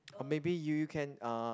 or maybe you can uh